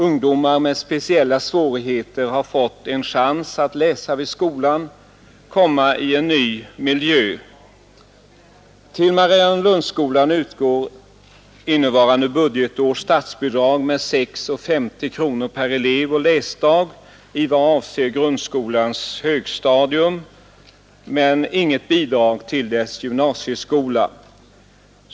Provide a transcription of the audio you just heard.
Ungdomar med speciella svårigheter har fått en chans att läsa vid skolan och komma i en ny miljö. Till Mariannelundsskolan utgår innevarande budgetår statsbidrag med 6:50 kronor per elev och läsdag i vad avser grundskolans högstadium men inget bidrag till dess gymnasieskola.